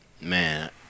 man